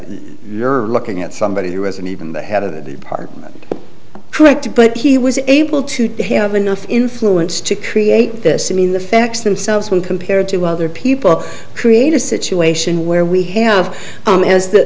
you're looking at somebody who isn't even the head of the party correct but he was able to have enough influence to create this i mean the facts themselves when compared to other people create a situation where we have done as the